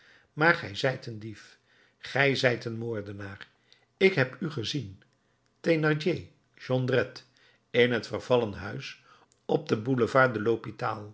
maar gij zijt een dief gij zijt een moordenaar ik heb u gezien thénardier jondrette in het vervallen huis op den boulevard de